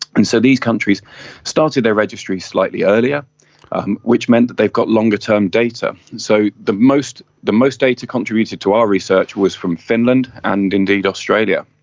and so these countries started their registry slightly earlier which meant that they've got longer-term data. so the most the most data contributed to our research was from finland and indeed australia.